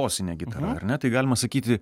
bosine gitara ar ne tai galima sakyti